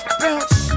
bounce